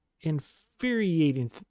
infuriating